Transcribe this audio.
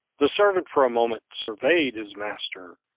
the servant for a moment surveyed his master,